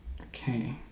Okay